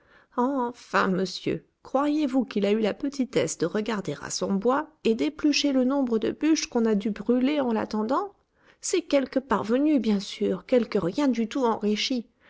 enfin monsieur croiriez-vous qu'il a eu la petitesse de regarder à son bois et d'éplucher le nombre de bûches qu'on a dû brûler en l'attendant c'est quelque parvenu bien sûr quelque rien du tout enrichi